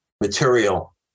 material